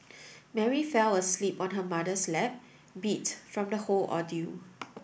Mary fell asleep on her mother's lap beat from the whole ordeal